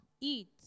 eat